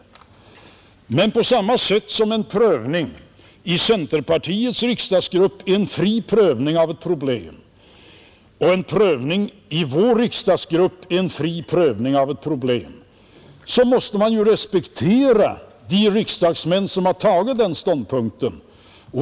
På samma sätt som en prövning både i centerpartiets riksdagsgrupp och i vår riksdagsgrupp är en fri prövning av ett problem måste man respektera de riksdagsmän som intagit den ståndpunkten.